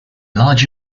large